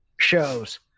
shows